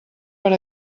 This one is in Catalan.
per